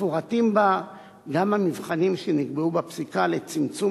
מפורטים בה גם המבחנים שנקבעו בפסיקה לצמצום